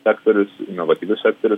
sektorius inovatyvių sektorių